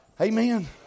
Amen